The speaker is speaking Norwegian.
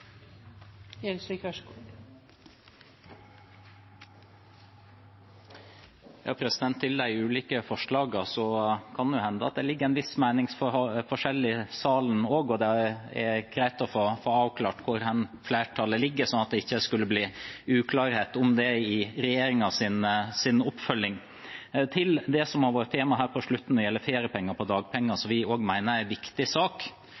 Til de ulike forslagene kan det hende at det ligger en viss meningsforskjell i salen også, og det er greit å få avklart hvor flertallet ligger, slik at det ikke skulle bli uklarhet om det i regjeringens oppfølging. Til det som har vært tema her på slutten når det gjelder feriepenger på dagpenger, som vi også mener er en viktig sak: